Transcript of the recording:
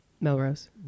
Melrose